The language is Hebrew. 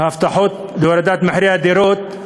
ההבטחות להורדת מחירי הדירות,